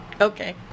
okay